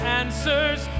answers